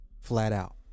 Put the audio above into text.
flat-out